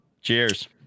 Cheers